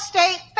State